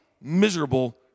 miserable